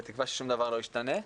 בתקווה ששום דבר לא ישתנה.